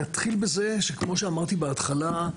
נתחיל בזה שכמו שאמרתי בהתחלה,